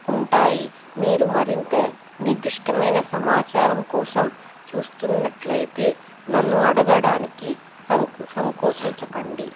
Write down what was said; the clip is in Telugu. ఉంటాయి మీరు మరింత నిర్దిష్టమైన సమాచారం కోసం చూస్తున్నట్టు అయితే నన్ను అడగడానికి సం సంకోచించకండి